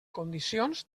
condicions